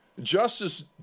justice